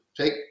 take